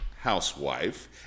housewife